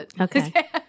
Okay